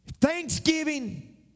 Thanksgiving